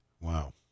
Wow